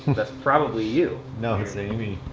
that's probably you. no that's amy.